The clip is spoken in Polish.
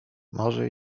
może